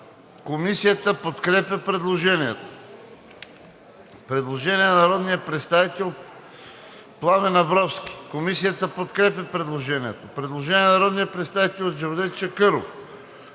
Комисията подкрепя предложението. Предложение на народния представител Пламен Абровски. Комисията подкрепя предложението. Предложение на народния представител Джевдет Чакъров.